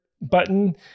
button